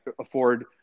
afford